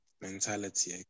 mentality